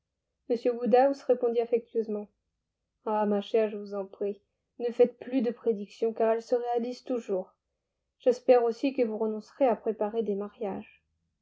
m woodhouse répondit affectueusement ah ma chère je vous en prie ne faites plus de prédictions car elles se réalisent toujours j'espère aussi que vous renoncerez à préparer des mariages